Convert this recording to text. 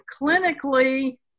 Clinically